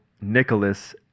nicholas